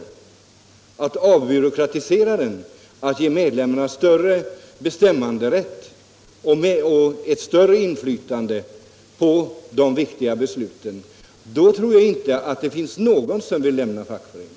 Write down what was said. Om man avbyråkratiserar, ger medlemmarna större bestämmanderätt och ökat inflytande för dem på de viktiga besluten, då tror jag inte det finns någon som vill lämna sin fackförening.